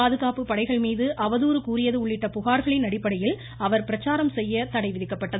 பாதுகாப்பு படைகள் மீது அவதூறு கூறியது உள்ளிட்ட புகார்களின் அடிப்படையில் அவர் பிரச்சாரம் செய்ய தடை விதிக்கப்பட்டிருந்தது